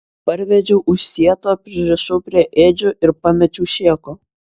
parvedžiau už sieto pririšau prie ėdžių ir pamečiau šėko